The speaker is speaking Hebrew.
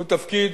הוא תפקיד